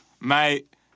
Mate